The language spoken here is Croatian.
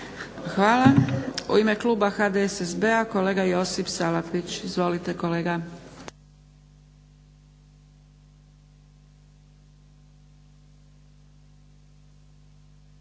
Hvala. U ime kluba HDSSB-a kolega Josip Salapić. Izvolite kolega.